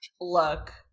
Look